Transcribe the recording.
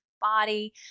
body